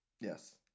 Yes